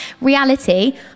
reality